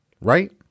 right